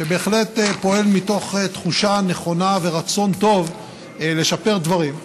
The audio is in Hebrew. שבהחלט פועל מתוך תחושה נכונה ורצון טוב לשפר דברים,